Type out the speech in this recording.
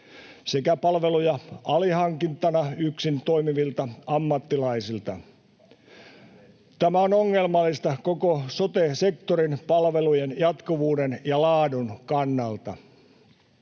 palveluja alihankintana yksin toimivilta ammattilaisilta. Tämä on ongelmallista koko sote-sektorin palvelujen jatkuvuuden ja laadun kannalta.